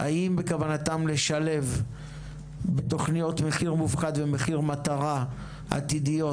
האם בכוונתם לשלב בתוכניות מחיר מופחת ומחיר מטרה עתידיות,